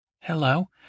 Hello